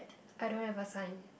I don't have a sign